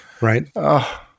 right